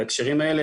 בהקשרים האלה,